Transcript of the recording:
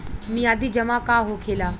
मियादी जमा का होखेला?